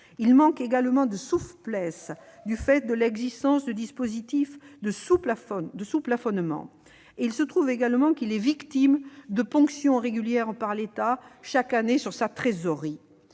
Il manque également de souplesse, du fait de l'existence de dispositifs de sous-plafonnement. Il se trouve en outre qu'il est victime de ponctions régulières sur sa trésorerie,